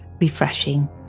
refreshing